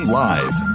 live